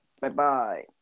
Bye-bye